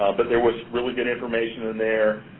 but there was really good information in there.